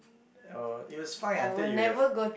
uh it was fine until you have